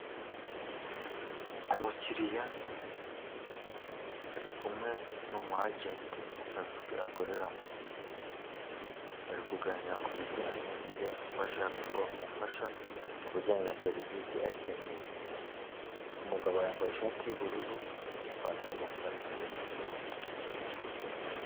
Umukiriya ari kumwe n'umu agent ku kazu ke akoreramo, bari kuganira ku bijyanye nibyo bashaka ko amufasha ku bijyanye na serivisi akeneye, umugabo yambaye ishati y'ubururu n'ipantaro y'umukara.